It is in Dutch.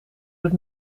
doet